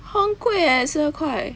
很贵 eh 十二块 eh